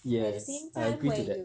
yes I agree to that